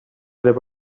there